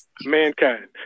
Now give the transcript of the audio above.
Mankind